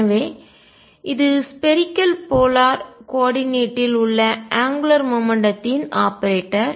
எனவே இது spherical polar கோள துருவ கோஆர்டினேட் யில் உள்ள அங்குலார் மொமெண்ட்டத்தின் கோண உந்தத்தின் ஆபரேட்டர்